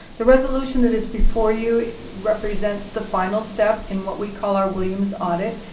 the resolution that is before you represents the final step in what we call our williams audit.